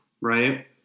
Right